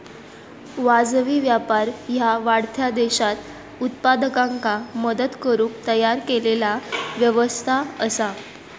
वाजवी व्यापार ह्या वाढत्या देशांत उत्पादकांका मदत करुक तयार केलेला व्यवस्था असा